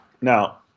Now